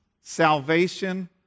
salvation